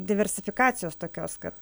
diversifikacijos tokios kad